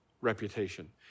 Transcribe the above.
reputation